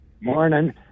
Morning